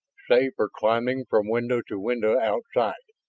save for climbing from window to window outside.